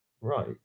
right